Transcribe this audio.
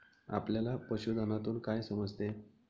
आपल्याला पशुधनातून काय समजते?